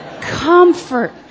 Comfort